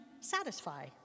satisfy